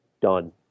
Done